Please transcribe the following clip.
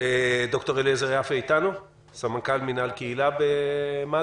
ד"ר אליעזר יפה, סמנכ"ל מינהל קהילה במד"א,